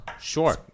sure